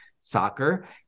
soccer